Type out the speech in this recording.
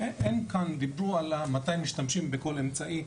דיברו כאן על מתי משתמשים בכל אמצעי,